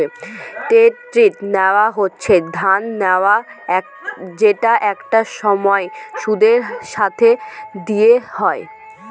credit নেওয়া হচ্ছে ধার নেওয়া যেটা একটা সময় সুদের সাথে দিতে হয়